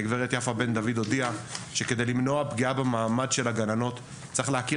הגברת יפה בן דוד הודיעה שכדי למנוע פגיעה במעמד של הגננות צריך להכיר